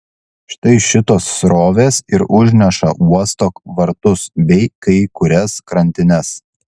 štai šitos srovės ir užneša uosto vartus bei kai kurias krantines